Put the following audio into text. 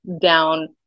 down